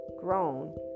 grown